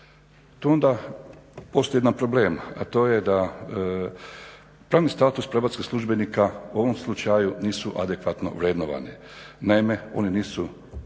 Tu onda postoji jedan problem, a to je da pravni status probacijskih službenika u ovom slučaju nisu adekvatno vrednovane. Naime, oni nisu